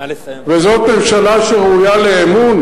וזאת ממשלה שראויה לאמון?